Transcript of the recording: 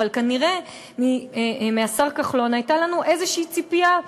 אבל כנראה מהשר כחלון הייתה לנו איזושהי ציפייה,